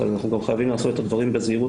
אבל אנחנו גם חייבים לעשות את הדברים בזהירות